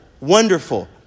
wonderful